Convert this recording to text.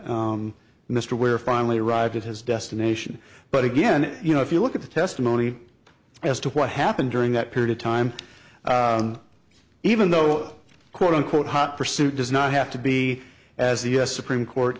mr ware finally arrived at his destination but again you know if you look at the testimony as to what happened during that period of time even though the quote unquote hot pursuit does not have to be as the us supreme court